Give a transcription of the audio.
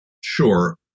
Sure